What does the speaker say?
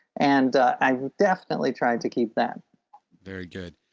and i definitely tried to keep that very good.